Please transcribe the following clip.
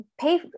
pay